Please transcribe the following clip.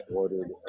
ordered